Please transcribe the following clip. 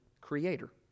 creator